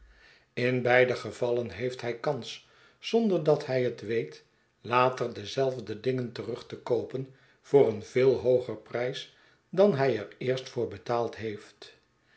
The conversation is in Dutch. in beide gevallen heeft hij kans zonder dat hij het weet later dezelfde dingen terug te koopen voor een veel hooger prijs dan hij er eerst voor betaald heeft